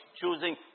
choosing